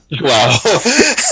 Wow